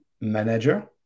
manager